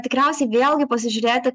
tikriausiai vėlgi pasižiūrėti